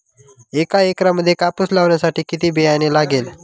एका एकरामध्ये कापूस लावण्यासाठी किती बियाणे लागेल?